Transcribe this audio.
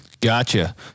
Gotcha